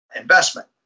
investment